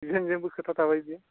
डिजाइनजोंबो खोथा थाबाय बियो